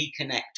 reconnect